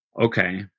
okay